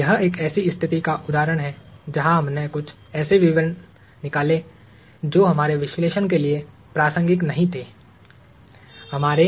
यह एक ऐसी स्थिति का उदाहरण है जहां हमने कुछ ऐसे विवरण निकाले जो हमारे विश्लेषण के लिए प्रासंगिक नहीं थे